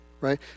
right